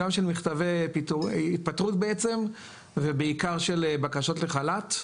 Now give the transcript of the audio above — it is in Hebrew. גם של מכתבי התפטרות ובעיקר של בקשות לחל"ת.